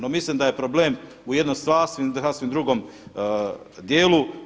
No mislim da je problem u jednom sasvim drugom dijelu.